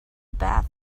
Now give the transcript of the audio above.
bath